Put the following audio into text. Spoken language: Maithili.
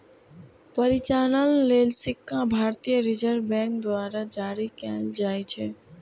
परिचालन लेल सिक्का भारतीय रिजर्व बैंक द्वारा जारी कैल जाइ छै